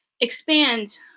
expand